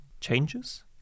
changes